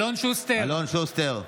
אלון שוסטר.